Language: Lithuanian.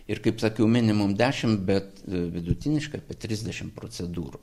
ir kaip sakiau minimum dešim bet vidutiniškai apie trisdešim procedūrų